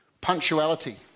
Punctuality